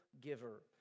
giver